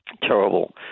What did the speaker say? terrible